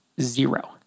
Zero